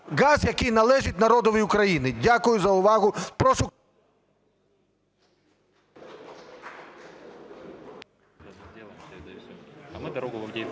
газ, який належить народові України? Дякую за увагу.